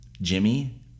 Jimmy